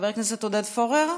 חבר הכנסת עודד פורר,